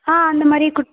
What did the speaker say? ஆ அந்தமாதிரியே கொடுத்து